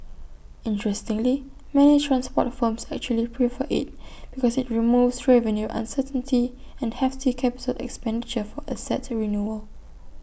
interestingly many transport firms actually prefer IT because IT removes revenue uncertainty and hefty capital expenditure for asset renewal